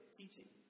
teaching